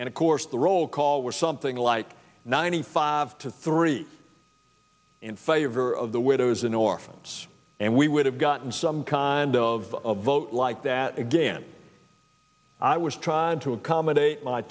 and of course the roll call was something like ninety five to three in favor of the widows and orphans and we would have gotten some kind of vote like that again i was trying to accommodate my